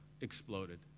exploded